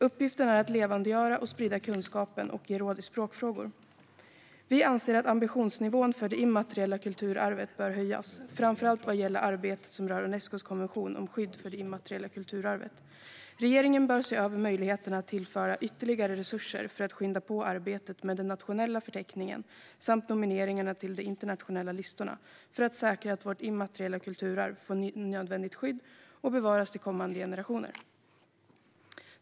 Uppgiften är att levandegöra, sprida kunskap och ge råd i språkfrågor. Vi anser att ambitionsnivån för det immateriella kulturarvet bör höjas, framför allt vad gäller arbetet som rör Unescos konvention om skydd för det immateriella kulturarvet. Regeringen bör se över möjligheterna att tillföra ytterligare resurser för att skynda på arbetet med den nationella förteckningen samt nomineringarna till de internationella listorna för att säkra att vårt immateriella kulturarv får nödvändigt skydd och bevaras till kommande generationer.